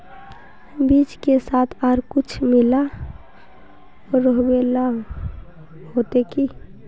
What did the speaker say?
बीज के साथ आर कुछ मिला रोहबे ला होते की?